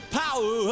power